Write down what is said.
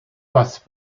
passe